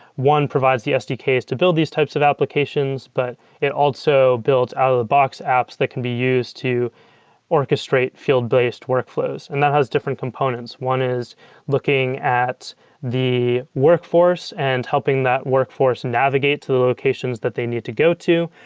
one, provides the sdks to build these types of applications, but it also builds ah out-of-the box apps that can be used to orchestrate field-based workflows, and that has different components. one is looking at the workforce and helping that workforce navigate to the locations that they need to go to.